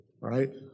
Right